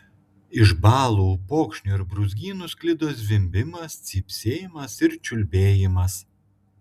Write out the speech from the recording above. iš balų upokšnių ir brūzgynų sklido zvimbimas cypsėjimas ir čiulbėjimas